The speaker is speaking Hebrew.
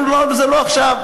זה לא עכשיו,